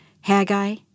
Haggai